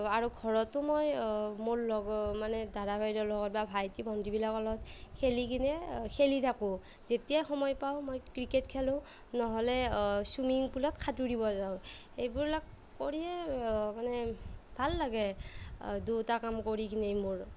আৰু ঘৰতো মই মোৰ লগৰ মানে দাদা বাইদেউৰ লগত বা ভাইটি ভন্টিবিলাকৰ লগত খেলি কিনে খেলি থাকোঁ যেতিয়াই সময় পাওঁ মই ক্ৰিকেট খেলোঁ নহ'লে চুইমিং পুলত সাঁতুৰিব যাওঁ এইবিলাক কৰিয়ে মানে ভাল লাগে দুয়োটা কাম কৰি কিনেই মোৰ